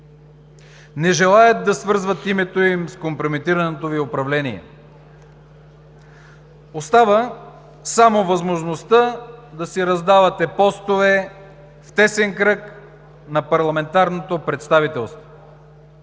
не желаят да свързват името им с компрометираното Ви управление. Остава само възможността да си раздавате постове в тесен кръг на парламентарното представителство